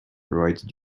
write